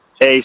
Hey